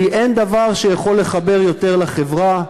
כי אין דבר שיכול לחבר יותר לחברה,